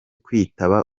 kwitaba